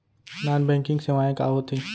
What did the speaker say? non banking सेवाएं का होथे